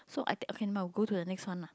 so I take okay no go to the next one lah